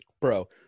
bro